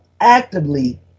actively